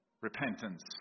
repentance